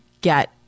get